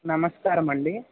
నమస్కారమండి